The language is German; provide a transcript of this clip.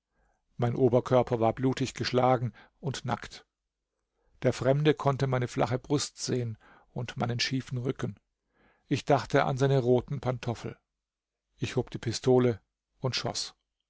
mein oberkörper war blutig geschlagen und nackt der fremde konnte meine flache brust sehen und meinen schiefen rücken ich dachte an seine roten pantoffel ich hob die pistole und schoß